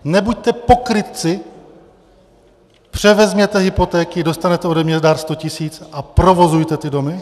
Nebuďte pokrytci, převezměte hypotéky, dostanete ode mne dar 100 tisíc a provozujte ty domy.